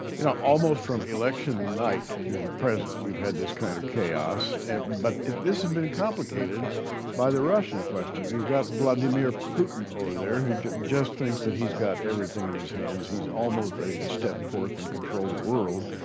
you know almost from election night to the present we've had this kind of chaos but this has been complicated by the russian question. we've got vladimir putin over there who just just thinks that he's got everything in his hands. he's almost ready to step forth and control the world,